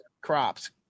crops